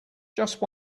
just